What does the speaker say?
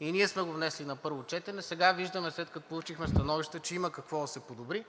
и ние сме го внесли на първо четене. Сега виждаме, след като получихме становище, че има какво да се подобри,